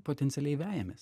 potencialiai vejamės